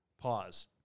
pause